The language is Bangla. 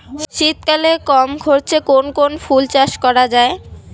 শীতকালে কম খরচে কোন কোন ফুল চাষ করা য়ায়?